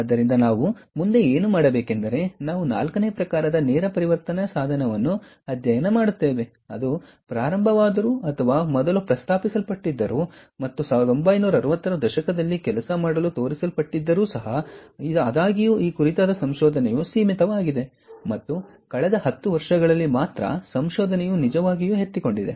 ಆದ್ದರಿಂದ ನಾವು ಮುಂದೆ ಏನು ಮಾಡಬೇಕೆಂದರೆ ನಾವು ನಾಲ್ಕನೇ ಪ್ರಕಾರದ ನೇರ ಪರಿವರ್ತನೆ ಸಾಧನವನ್ನು ಅಧ್ಯಯನ ಮಾಡುತ್ತೇವೆ ಅದು ಪ್ರಾರಂಭವಾದರೂ ಅಥವಾ ಮೊದಲು ಪ್ರಸ್ತಾಪಿಸಲ್ಪಟ್ಟಿದ್ದರೂ ಮತ್ತು 1960 ರ ದಶಕದಲ್ಲಿ ಕೆಲಸ ಮಾಡಲು ತೋರಿಸಲ್ಪಟ್ಟಿದ್ದರೂ ಸಹ ಆದರೆ ಆದಾಗ್ಯೂ ಈ ಕುರಿತಾದ ಸಂಶೋಧನೆಯು ಸೀಮಿತವಾಗಿದೆ ಮತ್ತು ಕಳೆದ 10 ವರ್ಷಗಳಲ್ಲಿ ಮಾತ್ರ ಸಂಶೋಧನೆಯು ನಿಜವಾಗಿಯೂ ಎತ್ತಿಕೊಂಡಿದೆ